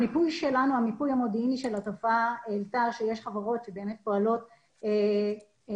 המיפוי המודיעיני שלנו של התופעה העלה שיש חברות שבאמת פועלות בעצמן